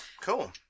Cool